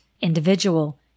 individual